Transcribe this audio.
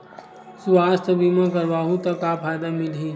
सुवास्थ बीमा करवाहू त का फ़ायदा मिलही?